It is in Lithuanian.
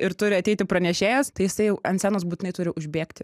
ir turi ateiti pranešėjas tai jisai jau ant scenos būtinai turi užbėgti